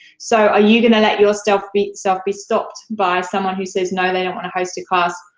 so, are you gonna let yourself be yourself be stopped by someone who says no, they don't wanna host a class,